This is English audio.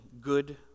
good